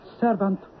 servant